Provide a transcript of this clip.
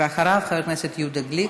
ואחריו, חבר הכנסת יהודה גליק,